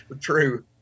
true